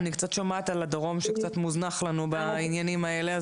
אני שומעת שדרום קצת מוזנח לנו בעניינים האלה.